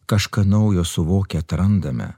kažką naujo suvokę atrandame